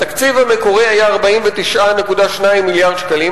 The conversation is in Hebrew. התקציב המקורי היה 49.2 מיליארד שקלים,